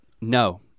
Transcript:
No